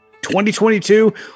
2022